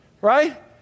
Right